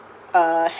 uh